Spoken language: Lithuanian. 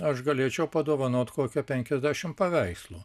aš galėčiau padovanot kokia penkiasdešimt paveikslų